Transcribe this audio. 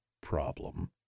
problem